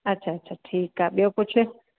अच्छा अच्छा ठीकु आहे ॿियो कुझु